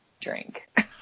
drink